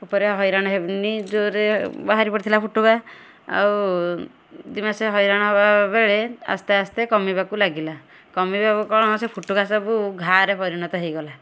ଉପରେ ହଇରାଣ ହେନି ଜୋରେ ବାହାରି ପଡ଼ିଥିଲା ଫୁଟୁକା ଆଉ ଦୁଇ ମାସ ହଇରାଣ ହେବା ବେଳେ ଆସ୍ତେ ଆସ୍ତେ କମିବାକୁ ଲାଗିଲା କମିବାକୁ କଣ ସେ ଫୁଟୁକା ସବୁ ଘାଆରେ ପରିଣତ ହୋଇଗଲା